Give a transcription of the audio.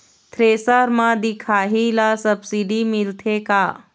Thresher म दिखाही ला सब्सिडी मिलथे का?